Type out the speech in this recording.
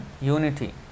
Unity